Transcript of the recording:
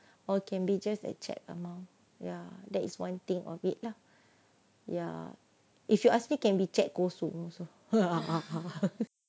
or can be just a cheque amount ya that is one thing of it lah ya if you ask me can be cheque kosong ha ha ha ha